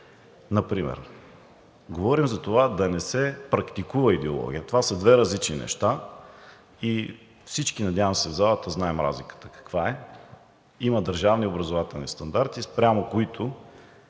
например. Говорим за това да не се практикува идеология. Това са две различни неща и всички, надявам се, в залата знаем разликата каква е. Има държавни образователни стандарти, спрямо които